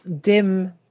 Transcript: dim